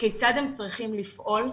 כיצד הם צריכים לפעול.